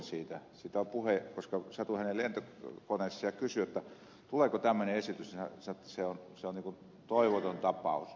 siitä oli puhe koska satuin tapaamaan hänet lentokoneessa ja kun kysyin tuleeko tämmöinen esitys niin hän sanoi että se on niin kuin toivoton tapaus